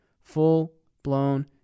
Full-blown